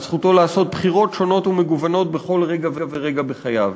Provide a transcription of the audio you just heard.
על זכותו לעשות בחירות שונות ומגוונות בכל רגע ורגע בחייו.